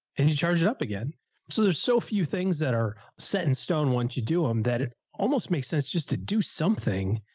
and you charge it up again? so there's so few things that are set in stone. once you do them um that it almost makes sense just to do something,